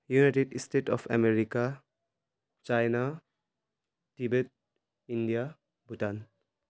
United State of America China Tibet India Bhutan